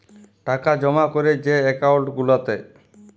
টাকা জমা ক্যরে যে একাউল্ট গুলাতে